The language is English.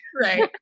Right